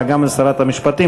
וגם לשרת המשפטים,